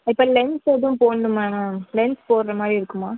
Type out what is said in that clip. இப்போ லென்ஸ் எதுவும் போடணுமா மேம் லென்ஸ் போடுறமாரி இருக்குமா